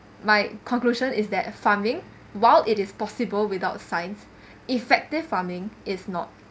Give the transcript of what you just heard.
my conclusion is that farming while it is possible without science effective farming is not